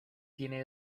tiene